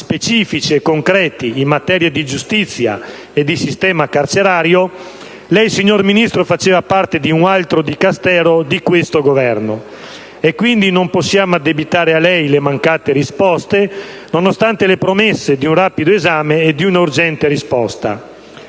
specifici e concreti in materia di giustizia e di sistema carcerario, lei, signor Ministro, faceva parte di un altro Dicastero di questo Governo. E quindi non possiamo addebitare a lei le mancate risposte, nonostante le promesse di un rapido esame e di un'urgente risposta.